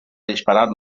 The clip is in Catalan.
disparat